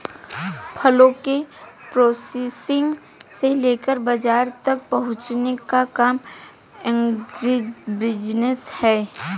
फलों के प्रोसेसिंग से लेकर बाजार तक पहुंचने का काम एग्रीबिजनेस है